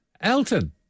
Elton